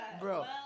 Bro